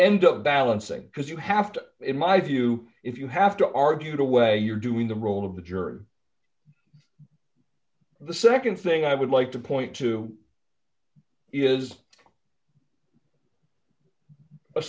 end up balancing because you have to in my view if you have to argue the way you're doing the role of the jury the nd thing i would like to point to is a